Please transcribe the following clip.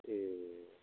ए